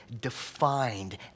defined